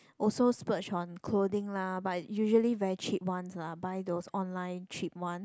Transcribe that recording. also splurge on clothing lah but usually very cheap ones lah buy those online cheap one